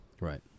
Right